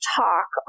talk